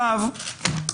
לשיטתך.